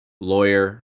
lawyer